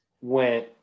went